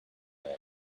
man